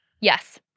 Yes